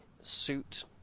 suit